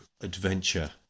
Adventure